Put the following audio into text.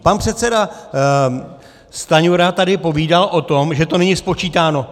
Pan předseda Stanjura tady povídal o tom, že to není spočítáno.